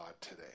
today